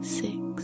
six